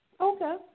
Okay